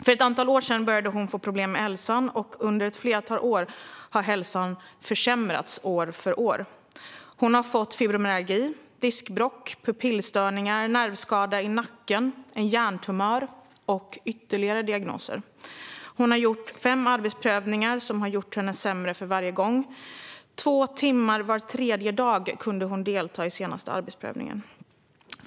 För ett antal år sedan började hon få problem med hälsan, och under ett flertal år har hennes hälsa försämrats år för år. Hon har fått fibromyalgi, diskbråck, pupillstörningar, en nervskada i nacken, en hjärntumör och ytterligare diagnoser. Hon har gjort fem arbetsprövningar, som har gjort henne sämre för varje gång. Två timmar var tredje dag kunde hon delta i den senaste arbetsprövningen.